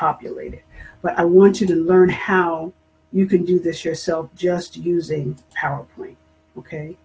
populated but i want you to learn how you can do this yourself just using o